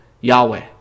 yahweh